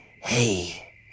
hey